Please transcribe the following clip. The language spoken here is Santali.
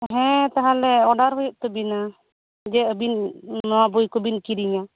ᱦᱮᱸ ᱛᱟᱦᱚᱞᱮ ᱚᱨᱰᱟᱨ ᱦᱳᱭᱳᱜ ᱛᱟᱹᱵᱤᱱᱟ ᱡᱮ ᱟᱹᱵᱤᱱ ᱱᱚᱶᱟ ᱵᱳᱭ ᱠᱚᱵᱮᱱ ᱠᱤᱨᱤᱧᱟ